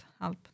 help